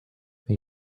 they